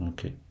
Okay